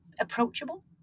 approachable